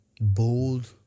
bold